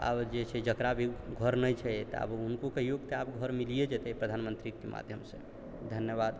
तऽ आब जे छै जकरा भी घर नहि छै तऽ आब हुनको कहिओ तऽ आब घर मिलिए जेतै प्रधानमन्त्रीके माधयमसँ धन्यवाद